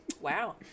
Wow